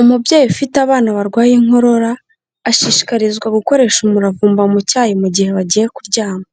Umubyeyi ufite abana barwaye inkorora ashishikarizwa gukoresha umuravumba mu cyayi mu gihe bagiye kuryama,